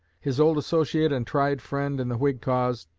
his old associate and tried friend in the whig cause,